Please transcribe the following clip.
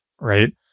right